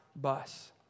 bus